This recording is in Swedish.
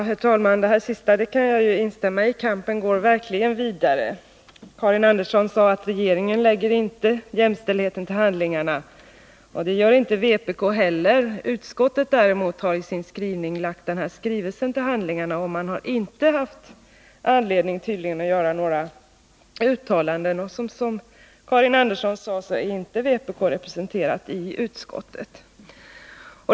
Herr talman! Det sista kan jag instämma i — kampen går verkligen vidare. Karin Andersson sade att regeringen inte lägger jämställdheten till handlingarna. Det gör inte vpk heller. Utskottet däremot har i sin skrivning lagt regeringsskrivelsen till handlingarna. Man har tydligen inte haft anledning att göra några uttalanden. Som Karin Andersson sade är vpk inte representerat i utskottet.